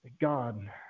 God